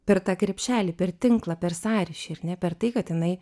per tą krepšelį per tinklą per sąryšį ar ne per tai kad jinai